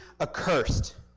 accursed